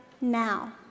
now